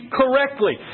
correctly